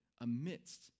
amidst